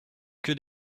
que